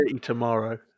tomorrow